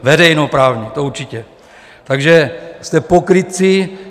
Veřejnoprávní, to určitě, takže jste pokrytci.